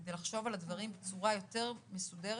כדי לחשוב על הדברים בצורה יותר מסודרת.